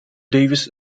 davis